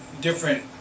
different